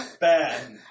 bad